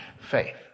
faith